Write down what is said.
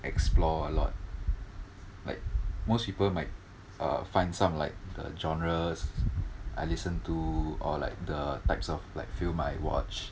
explore a lot like most people might uh find some like the genres I listen to or like the types of like film I watch